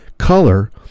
color